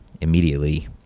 immediately